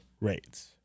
rates